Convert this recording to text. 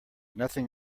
nothing